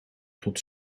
tot